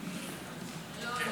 אתה צודק.